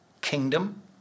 Kingdom